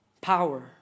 Power